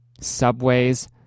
subways